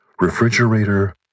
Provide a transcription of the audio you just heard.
refrigerator